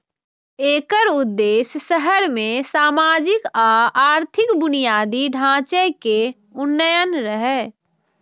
एकर उद्देश्य शहर मे सामाजिक आ आर्थिक बुनियादी ढांचे के उन्नयन रहै